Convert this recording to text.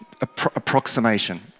approximation